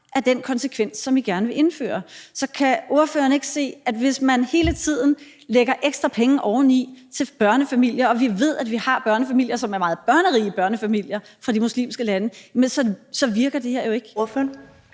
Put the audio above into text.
af den konsekvens, som vi gerne vil indføre. Så kan ordføreren ikke se, at hvis man hele tiden lægger ekstra penge oveni til børnefamilier – og vi ved, at vi har familier, som er meget børnerige familier, fra de muslimske lande – så virker det her jo ikke?